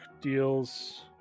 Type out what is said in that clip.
deals